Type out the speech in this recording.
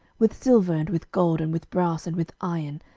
with silver, and with gold, and with brass, and with iron,